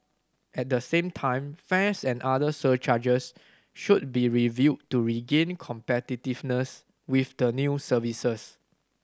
at the same time fares and other surcharges should be reviewed to regain competitiveness with the new services